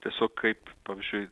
tiesiog kaip pavyzdžiui